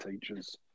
teachers